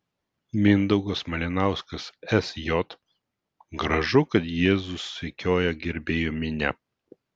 mindaugas malinauskas sj gražu kad jėzų sekioja gerbėjų minia